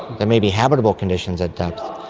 there may be habitable conditions at depth,